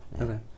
Okay